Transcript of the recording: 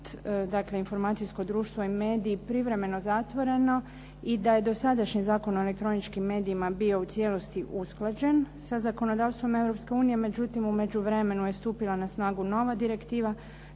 10.–Informacijsko društvo i mediji, privremeno zatvoreno i da je dosadašnji Zakon o elektroničkim medijima bio u cijelosti usklađen sa zakonodavstvom Europske unije, međutim u međuvremenu je stupila na snagu nova direktiva